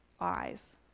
eyes